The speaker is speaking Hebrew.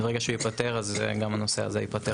וברגע שהוא ייפתר אז גם הנושא הזה ייפתר.